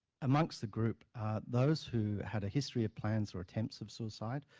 amongst the group those who had a history of plans or attempts of suicide,